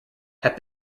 have